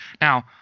Now